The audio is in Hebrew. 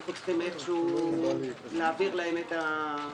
אנחנו צריכים איכשהו להעביר להם את הכסף.